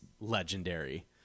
legendary